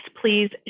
please